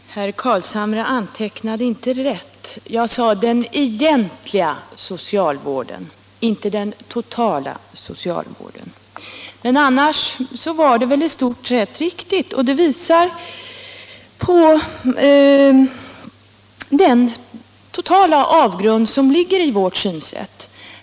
Herr talman! Herr Carlshamre antecknade inte rätt. Jag sade ”den egentliga socialvården”, inte ”den totala socialvården”. Men i övrigt var det väl i stort sett riktigt, och det visar på den avgrund som skiljer våra synsätt.